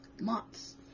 months